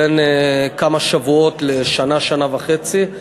בין כמה שבועות לשנה, שנה וחצי.